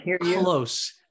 close